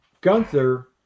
Gunther